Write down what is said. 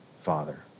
Father